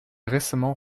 récemment